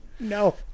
No